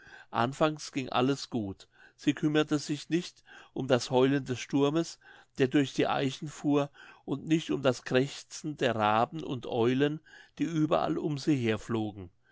anfangs ging alles gut sie kümmerte sich nicht um das heulen des sturmes der durch die eichen fuhr und nicht um das krächzen der raben und eulen die überall um sie herflogen